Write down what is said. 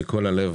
מכל הלב,